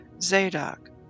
Zadok